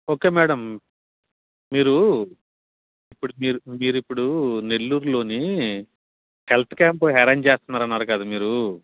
okay madam మీరూ ఇప్పుడు మీరు మీరు ఇప్పుడు నెల్లూరులోని హెల్త్ క్యాంప్ ఎరేంజ్ చేస్తున్నారు అన్నారు కదా మీరు